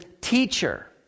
teacher